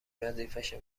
وظیفشه